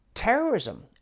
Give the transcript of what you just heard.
Terrorism